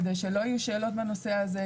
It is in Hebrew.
כדי שלא יהיו שאלות בנושא הזה,